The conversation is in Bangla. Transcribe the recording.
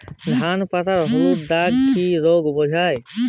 ধান পাতায় হলুদ দাগ কি রোগ বোঝায়?